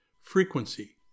Frequency